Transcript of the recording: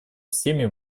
всеми